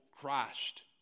Christ